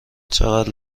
چقدر